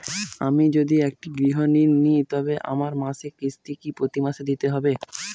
আমি যদি একটি গৃহঋণ নিই তবে আমার মাসিক কিস্তি কি প্রতি মাসে দিতে হবে?